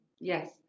yes